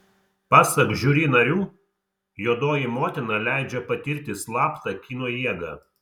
pasak žiuri narių juodoji motina leidžia patirti slaptą kino jėgą